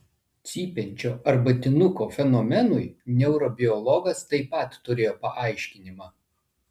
cypiančio arbatinuko fenomenui neurobiologas taip pat turėjo paaiškinimą